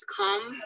come